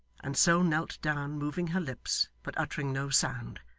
and so knelt down, moving her lips, but uttering no sound.